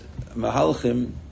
Mahalchim